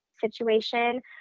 situation